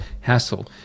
hassle